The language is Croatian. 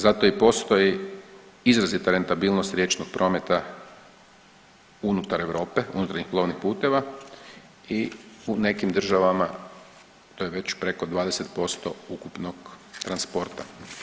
Zato i postoji izrazita rentabilnost riječnog prometa unutar Europe, unutar plovnih puteva i u nekim državama to je već preko 20% ukupnog transporta.